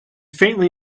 faintly